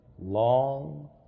long